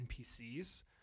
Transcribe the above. npcs